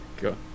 Go